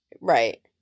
Right